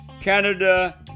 Canada